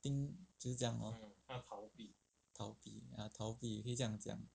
think 就这样 lor 逃避逃避可以这样讲